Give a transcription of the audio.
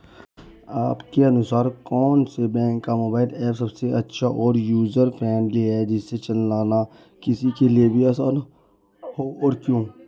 आपके अनुसार कौन से बैंक का मोबाइल ऐप सबसे अच्छा और यूजर फ्रेंडली है जिसे चलाना किसी के लिए भी आसान हो और क्यों?